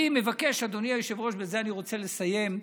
אני מבקש, אדוני היושב-ראש, ובזה אני רוצה לסיים,